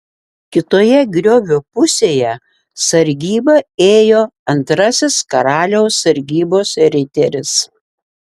kitoje griovio pusėje sargybą ėjo antrasis karaliaus sargybos riteris